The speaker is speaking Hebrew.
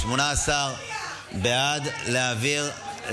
18 בעד להעביר לוועדה.